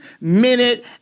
minute